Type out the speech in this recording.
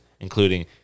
including